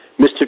Mr